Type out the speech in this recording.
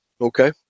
Okay